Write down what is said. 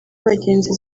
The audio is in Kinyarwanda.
abagenzi